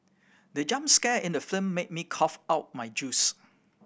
the jump scare in the film made me cough out my juice